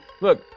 look